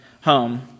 home